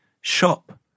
shop